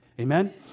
Amen